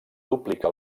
duplica